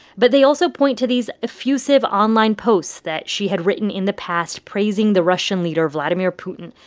but they also point to these effusive online posts that she had written in the past praising the russian leader vladimir putin.